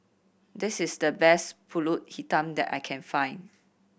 this is the best Pulut Hitam that I can find